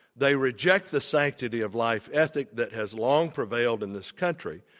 they reject the sanctity of life ethics that has long prevailed in this country,